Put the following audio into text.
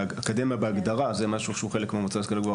ואקדמיה בהגדרה זה משהו שהוא חלק מהמועצה להשכלה גבוהה.